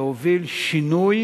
להוביל שינוי